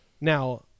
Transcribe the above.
Now